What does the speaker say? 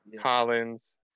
Collins